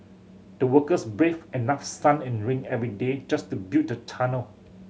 the workers braved enough sun and rain every day just to build the tunnel